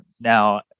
Now